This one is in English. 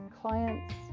clients